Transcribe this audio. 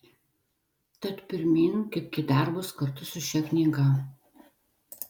tad pirmyn kibk į darbus kartu su šia knyga